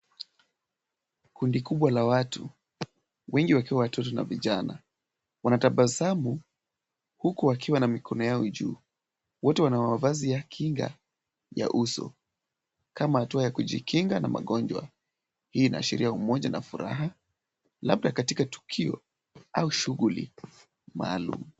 Kundi kubwa la watu wengi wakiwa watoto na vijana. Wanatabasamu huku wakiwa na mikono yao juu. Wote wana mavazi ya kinga ya uso kama hatua ya kujikinga na magonjwa. Hii inaashiria umoja na furaha labda katika tukio au shughuli maalum.